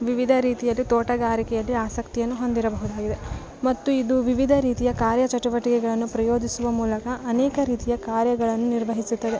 ವಿವಿಧ ರೀತಿಯಲ್ಲಿ ತೋಟಗಾರಿಕೆಯಲ್ಲಿ ಆಸಕ್ತಿಯನ್ನು ಹೊಂದಿರಬಹುದಾಗಿದೆ ಮತ್ತು ಇದು ವಿವಿಧ ರೀತಿಯ ಕಾರ್ಯ ಚಟುವಟಿಕೆಗಳನ್ನು ಪ್ರಯೋಜಿಸುವ ಮೂಲಕ ಅನೇಕ ರೀತಿಯ ಕಾರ್ಯಗಳನ್ನು ನಿರ್ವಹಿಸುತ್ತದೆ